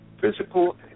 physical